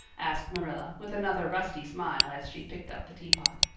asked marilla with another rusty smile as she picked up the teapot.